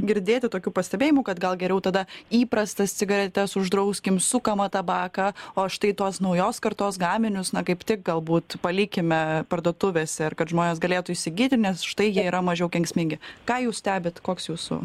girdėti tokių pastebėjimų kad gal geriau tada įprastas cigaretes uždrauskim sukamą tabaką o štai tos naujos kartos gaminius na kaip tik galbūt palikime parduotuvėse ar kad žmonės galėtų įsigyti nes štai jie yra mažiau kenksmingi ką jūs stebit koks jūsų